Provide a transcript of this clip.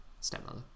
Stepmother